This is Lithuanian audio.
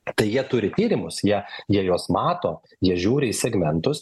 tai jie turi tyrimus jie jie juos mato jie žiūri į segmentus